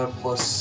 plus